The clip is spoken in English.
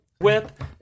Whip